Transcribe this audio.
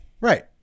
Right